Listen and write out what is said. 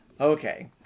Okay